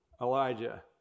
Elijah